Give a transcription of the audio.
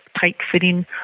tight-fitting